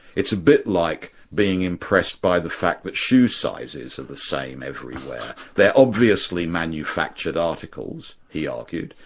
it's a bit like being impressed by the fact that shoe sizes are the same everywhere. they're obviously manufactured articles, he argued,